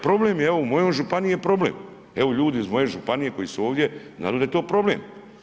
Problem evo u mojoj županiji je problem, evo ljudi iz moje županije koji su ovdje naravno da je to problem.